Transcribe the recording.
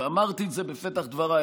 ואמרתי את זה בפתח דבריי.